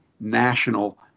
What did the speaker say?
national